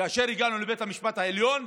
כאשר הגענו לבית המשפט העליון,